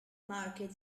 market